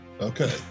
Okay